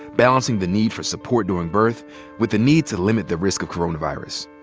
balancing the need for support during birth with the need to limit the risk of coronavirus.